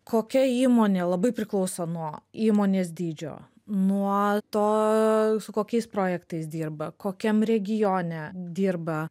kokia įmonė labai priklauso nuo įmonės dydžio nuo to su kokiais projektais dirba kokiam regione dirba